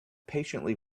patiently